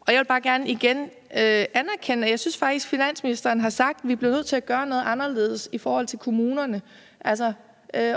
og jeg vil bare gerne igen anerkende, at finansministeren faktisk har sagt, at vi bliver nødt til at gøre noget anderledes i forhold til kommunerne,